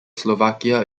slovakia